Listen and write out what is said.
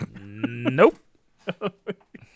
Nope